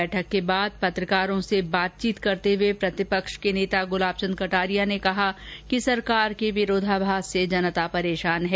बैठक के बाद पत्रकारों से बातचीत करते हुए प्रतिपक्ष के नेता गुलाबचन्द कटारिया ने कहा कि सरकार के विरोधाभास से जनता पेरशान है